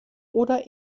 oder